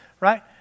Right